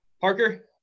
Parker